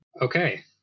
okay